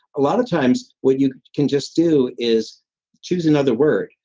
a lot of times what you can just do is choose another word.